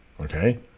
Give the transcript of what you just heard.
Okay